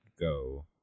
go